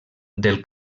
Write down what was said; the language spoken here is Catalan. del